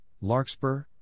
larkspur